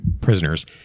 prisoners